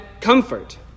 comfort